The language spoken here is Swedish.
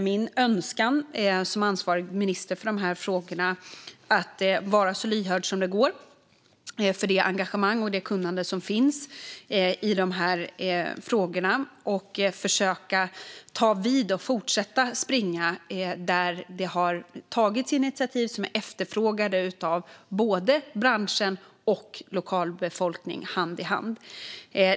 Min önskan som ansvarig minister för frågorna är att vara så lyhörd det går för det engagemang och kunnande som finns i frågorna och försöka ta vid och fortsätta springa där det har tagits initiativ som är efterfrågade av både bransch och lokalbefolkning, hand i hand.